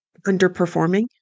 underperforming